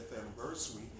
anniversary